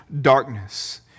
darkness